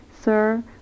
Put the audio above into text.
Sir